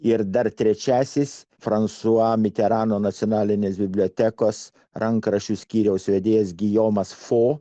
ir dar trečiasis fransua miterano nacionalinės bibliotekos rankraščių skyriaus vedėjas gijomas fo